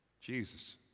Jesus